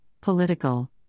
political